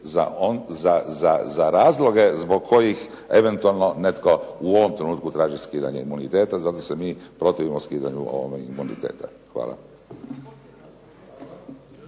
za razloge zbog kojih eventualno netko u ovom trenutku traži skidanje imuniteta. Zato se mi protivimo skidanju ovoga imuniteta. Hvala.